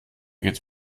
geht